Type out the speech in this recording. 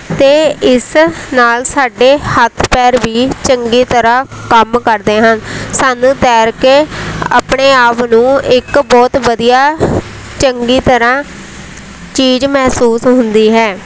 ਅਤੇ ਇਸ ਨਾਲ ਸਾਡੇ ਹੱਥ ਪੈਰ ਵੀ ਚੰਗੀ ਤਰ੍ਹਾਂ ਕੰਮ ਕਰਦੇ ਹਨ ਸਾਨੂੰ ਤੈਰ ਕੇ ਆਪਣੇ ਆਪ ਨੂੰ ਇੱਕ ਬਹੁਤ ਵਧੀਆ ਚੰਗੀ ਤਰ੍ਹਾਂ ਚੀਜ਼ ਮਹਿਸੂਸ ਹੁੰਦੀ ਹੈ